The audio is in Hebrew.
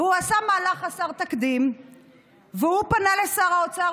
והוא עשה מהלך חסר תקדים והוא פנה לשר האוצר,